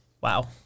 Wow